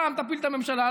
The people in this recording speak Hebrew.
רע"מ תפיל את הממשלה,